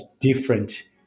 different